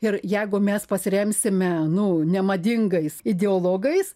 ir jegu mes pasiremsime nu nemadingais ideologais